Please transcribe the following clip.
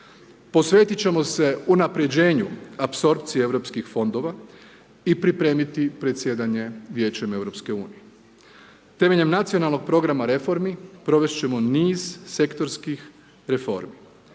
Posvetiti ćemo se unaprijeđenu apsorpcije europskih fondova i pripremiti predsjedanje Vijećem EU, temeljem nacionalnog programa reformi, provesti ćemo niz sektorskih reformi.